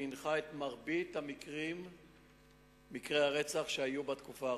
שפענחה את מרבית מקרי הרצח שהיו בתקופה האחרונה.